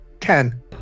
Ten